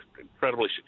incredibly